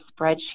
spreadsheet